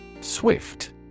SWIFT